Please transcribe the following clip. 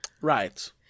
Right